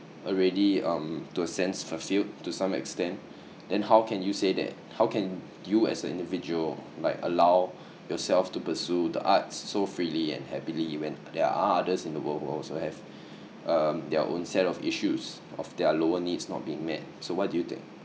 already um to a sense fulfilled to some extent then how can you say that how can you as an individual like allow yourself to pursue the arts so freely and happily when there are others in the world who also have um their own set of issues of their lower needs not being met so what do you think